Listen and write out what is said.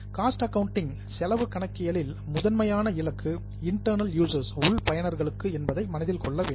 cost accounting செலவு கணக்கியலின் முதன்மையான இலக்கு இன்டர்ணல் யூசர்ஸ் உள் பயனர்களுக்கு என்பதை மனதில் கொள்ள வேண்டும்